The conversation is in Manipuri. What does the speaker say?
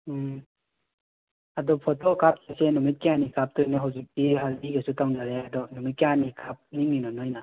ꯎꯝ ꯑꯗꯣ ꯐꯣꯇꯣ ꯀꯥꯞꯇꯣꯏꯁꯦ ꯅꯨꯃꯤꯠ ꯀꯌꯥꯅꯤ ꯀꯥꯞꯇꯣꯏꯅꯣ ꯍꯧꯖꯤꯛꯇꯤ ꯍꯥꯏꯕꯗꯤ ꯀꯩꯁꯨ ꯇꯧꯅꯔꯦ ꯑꯗꯣ ꯅꯨꯃꯤꯠ ꯀꯌꯥꯅꯤ ꯀꯥꯞꯅꯤꯡꯉꯤꯅꯣ ꯅꯣꯏꯅ